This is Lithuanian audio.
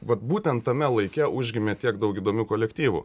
vat būtent tame laike užgimė tiek daug įdomių kolektyvų